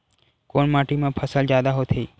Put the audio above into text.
कोन माटी मा फसल जादा होथे?